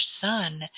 son